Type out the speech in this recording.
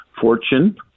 Fortune